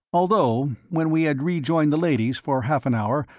although, when we had rejoined the ladies for half an hour,